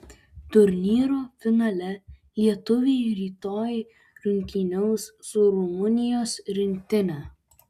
turnyro finale lietuviai rytoj rungtyniaus su rumunijos rinktine